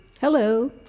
Hello